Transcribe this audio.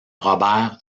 robert